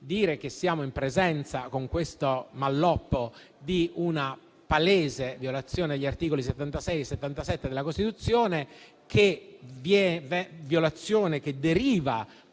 dire che siamo in presenza, con questo malloppo, di una palese violazione degli articoli 76 e 77 della Costituzione,